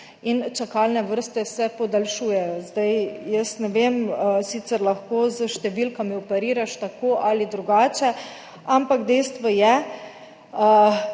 in čakalne vrste se podaljšujejo. Ne vem, sicer lahko s številkami operiraš tako ali drugače, ampak dejstvo je,